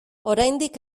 oraindik